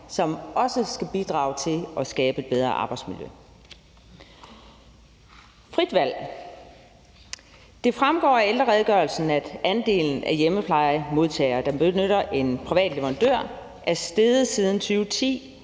som også skal bidrage til at skabe et bedre arbejdsmiljø. I forhold til frit valg fremgår det af ældreredegørelsen, at andelen af hjemmeplejemodtagere, der benytter en privat leverandør, er steget siden 2010,